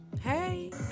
Hey